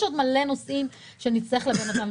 יש עוד מלא נושאים שנצטרך לדון בהם.